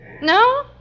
No